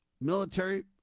military